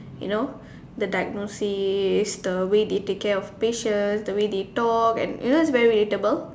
you know the diagnosis the way they take care of the patient the way they talk you know it's very relatable